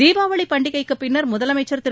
தீபாவளிப் பண்டிகைக்குப்பின்னர் முதலமைச்சர் திரு